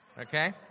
okay